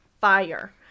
fire